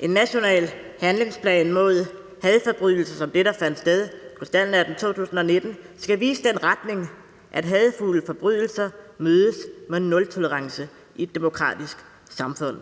En national handlingsplan mod hadforbrydelser som dem, der fandt sted på årsdagen for krystalnatten i 2019, skal vise den retning, at hadefulde forbrydelser mødes med nultolerance i et demokratisk samfund.